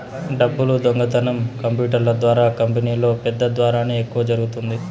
డబ్బులు దొంగతనం కంప్యూటర్ల ద్వారా కంపెనీలో పెద్దల ద్వారానే ఎక్కువ జరుగుతుంది